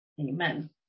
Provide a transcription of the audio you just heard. Amen